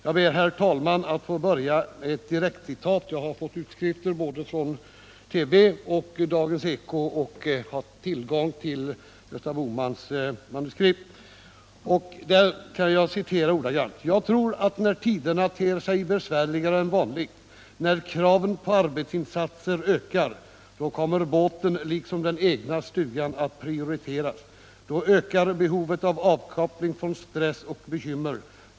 Jag ber, herr talman, att få börja med ett direkt citat. Jag har fått utskrifter av uttalandet från TV och från Dagens Eko och har tillgång till Gösta Bohmans manuskript. som jag skall be att få citera ordagrant: ”Jag tror att när tiderna ter sig besvärligare än vanligt, när kraven på arbetsinsatser ökar, då kommer båten liksom den egna stugan att prioriteras. Då ökar behovet av avkoppling från stress och bekymmer.